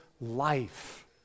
life